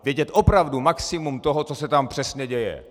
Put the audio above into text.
Vědět opravdu maximum toho, co se tam přesně děje.